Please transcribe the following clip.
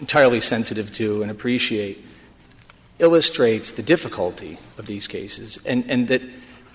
entirely sensitive to and appreciate illustrates the difficulty of these cases and that